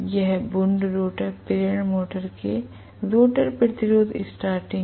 यह wound rotor प्रेरण motor के रोटर प्रतिरोध स्टार्टिंग है